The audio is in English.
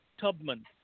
Tubman